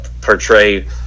portray